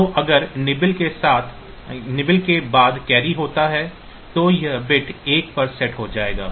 तो अगर nibble के बाद कैरी होता है तो यह बिट एक पर सेट हो जाएगा